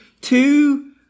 two